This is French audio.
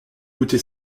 coûté